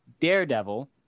Daredevil